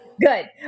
Good